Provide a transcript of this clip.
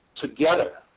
together